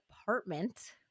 apartment